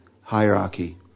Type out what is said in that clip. hierarchy